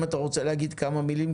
אם אתה רוצה להגיד כמה מילים,